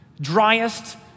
driest